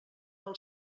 del